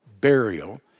burial